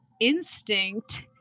instinct